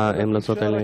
ההמלצות האלה.